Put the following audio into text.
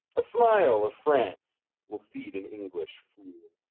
a smile of france will feed an english fool.